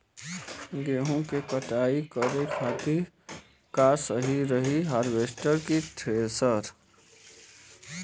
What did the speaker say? गेहूँ के कटाई करे खातिर का सही रही हार्वेस्टर की थ्रेशर?